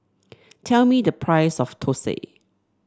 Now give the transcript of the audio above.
tell me the price of thosai